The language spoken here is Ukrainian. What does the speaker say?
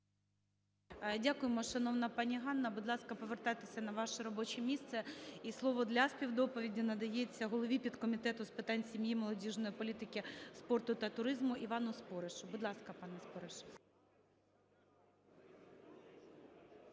Дякуємо, шановна пані Ганно. Будь ласка, повертайтесь на ваше робоче місце. І слово для співдоповіді надається голові підкомітету з питань сім'ї, молодіжної політики, спорту та туризму Івану Споришу. Будь ласка, пане Спориш.